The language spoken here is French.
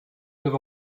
neuf